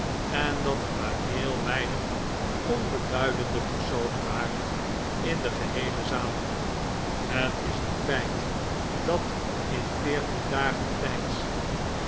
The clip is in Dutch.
en dat er maar heel weinig onbeduidende personen waren in de geheele zaal het is een feit dat in veertien dagen tijds